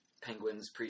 Penguins